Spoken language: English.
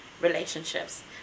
relationships